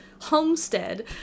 homestead